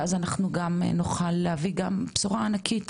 ואז אנחנו נוכל להביא גם בשורה ענקית